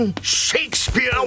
Shakespeare